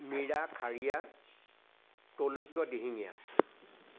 Mira Kharia Tailukya Dihingia